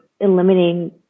eliminating